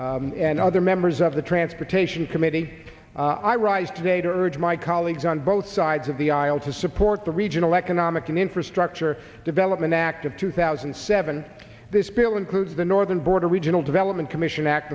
oberstar and other members of the transportation committee i rise today to urge my colleagues on both sides of the aisle to support the regional economic and infrastructure development act of two thousand and seven this bill includes the northern border regional development commission act